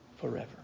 forever